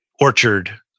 orchard